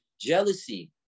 Jealousy